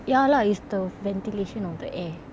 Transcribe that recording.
ya lah it's the ventilation of the air